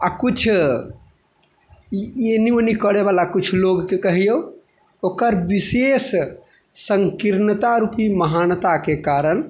आ किछु एन्नी ओन्नी करै बला किछु लोगके कहियौ ओकर विशेष सन्कीर्णता रूपी महानताके कारण